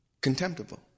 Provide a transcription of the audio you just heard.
contemptible